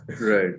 right